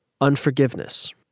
Unforgiveness